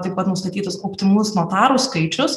taip pat nustatytas optimalus notarų skaičius